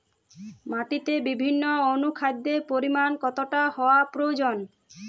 মাটিতে বিভিন্ন অনুখাদ্যের পরিমাণ কতটা হওয়া প্রয়োজন?